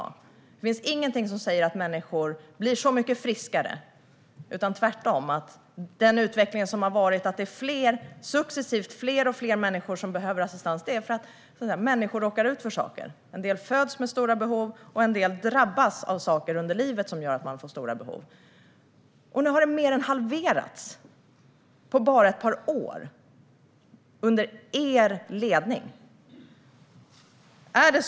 Det finns ingenting i dessa utredningar som säger att människor blir så mycket friskare. Tvärtom har utvecklingen lett till att det successivt är fler människor som behöver assistans. Människor råkar ut för saker. En del föds med stora behov, och en del drabbas av saker under livet som gör att de får stora behov. Nu har antalet mer än halverats på bara ett par år under er ledning.